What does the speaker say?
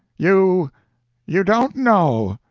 you you don't know,